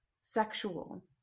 sexual